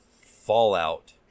Fallout